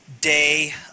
day